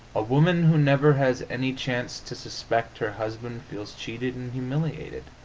a woman who never has any chance to suspect her husband feels cheated and humiliated.